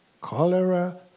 cholera